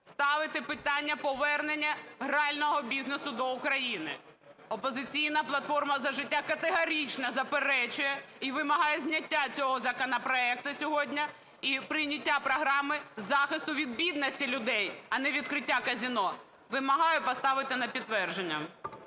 ставите питання повернення грального бізнесу до України. "Опозиційна платформа - За життя" категорично заперечує і вимагає зняття цього законопроекту сьогодні і прийняття програми захисту від бідності людей, а не відкриття казино. Вимагаю поставити на підтвердження.